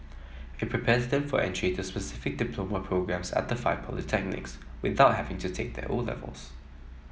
it prepares them for entry to specific diploma programmes at five polytechnics without having to take their O levels